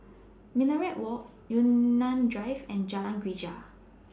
Minaret Walk Yunnan Drive and Jalan Greja